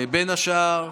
בין השאר,